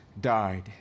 died